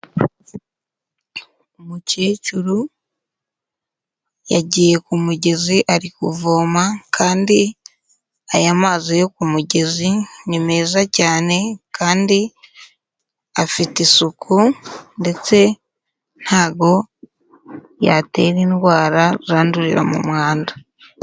Umukecuru, yagiye ku mugezi ari kuvoma, kandi aya mazi yo ku mugezi, ni meza cyane kandi afite isuku ndetse ntago yatera indwara, zandurira mu mwanda.